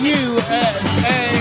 usa